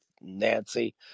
Nancy